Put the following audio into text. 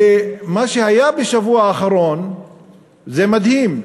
ומה שהיה בשבוע האחרון זה מדהים: